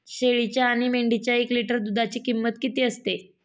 शेळीच्या आणि मेंढीच्या एक लिटर दूधाची किंमत किती असते?